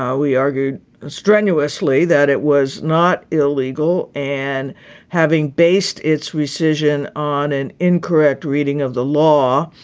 ah we argued strenuously that it was not illegal. and having based its decision on an incorrect reading of the law,